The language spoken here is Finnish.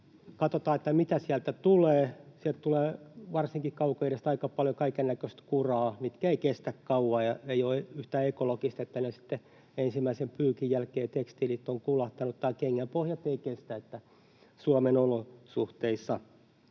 katsotaan, mitä sieltä tulee. Sieltä tulee, varsinkin Kaukoidästä, aika paljon kaikennäköistä kuraa, mikä ei kestä kauaa, ja ei ole yhtään ekologista, että tekstiilit sitten ensimmäisen pyykin jälkeen ovat kulahtaneet tai kengänpohjat eivät kestä Suomen olosuhteissa.